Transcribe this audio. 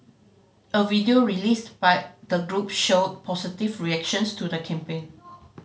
a video released by the group showed positive reactions to the campaign